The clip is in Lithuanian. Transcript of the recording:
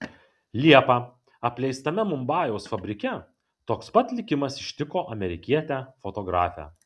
liepą apleistame mumbajaus fabrike toks pat likimas ištiko amerikietę fotografę